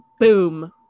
Boom